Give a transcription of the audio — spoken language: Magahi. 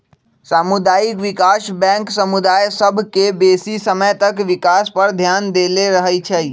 सामुदायिक विकास बैंक समुदाय सभ के बेशी समय तक विकास पर ध्यान देले रहइ छइ